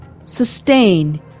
sustain